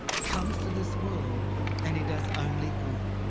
comes to this world and he does only good,